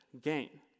gain